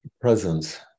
presence